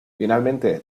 finalmente